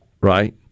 right